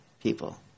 people